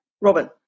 Robin